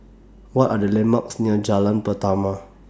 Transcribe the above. What Are The landmarks near Jalan Pernama